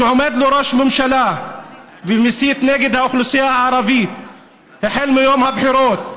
כשעומד לו ראש ממשלה ומסית נגד האוכלוסייה הערבית החל מיום הבחירות,